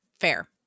Fair